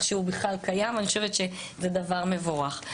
בכלל שהוא קיים ואני חושבת שזה דבר מבורך.